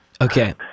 Okay